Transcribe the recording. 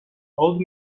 old